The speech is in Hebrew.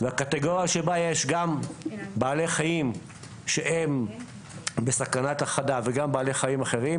והקטגוריה שבה יש גם בעלי חיים שהם בסכנת הכחדה וגם בעלי חיים אחרים,